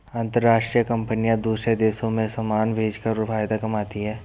अंतरराष्ट्रीय कंपनियां दूसरे देशों में समान भेजकर फायदा कमाती हैं